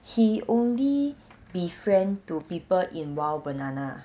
he only befriend to people in !wah! banana